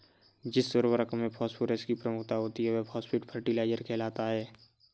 जिस उर्वरक में फॉस्फोरस की प्रमुखता होती है, वह फॉस्फेट फर्टिलाइजर कहलाता है